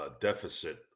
deficit